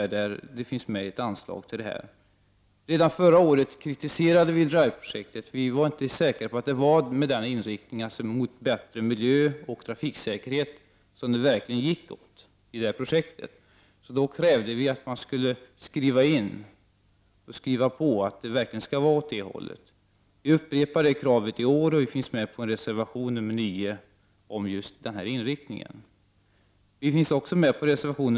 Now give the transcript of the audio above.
Redan förra året kritiserade vi i miljöpartiet Drive-projektet. Vi var inte säkra på att man inom Drive-projektet hade inriktningen att arbeta för en bättre miljö och ökad trafiksäkerhet. Då krävde vi att krav skulle ställas på att man inom Drive-projektet skulle arbeta i denna riktning. Vi upprepar detta krav iår. Miljöpartiet har tillsammans med centern fogat en reservation till betän kande om att en sådan inriktning skall vara en förutsättning för fortsatt svenskt engagemang.